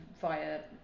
via